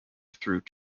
through